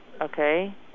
Okay